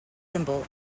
symbol